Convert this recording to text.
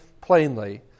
plainly